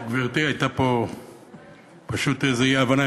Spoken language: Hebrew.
גברתי, הייתה פה פשוט איזו אי-הבנה.